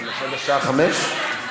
מכבים את האורות?